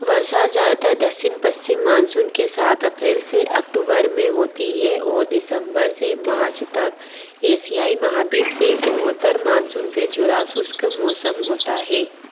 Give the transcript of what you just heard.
वर्षा ज़्यादातर दक्षिण पश्चिम मानसून के साथ अप्रैल से अक्टूबर में होती है और दिसम्बर से मार्च तक एशियाई महाद्वीप से पूर्वोत्तर मानसून से जुड़ा शुष्क मौसम होता है